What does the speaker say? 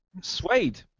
Suede